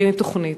תכיני תוכנית.